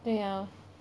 对呀